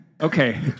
Okay